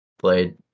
played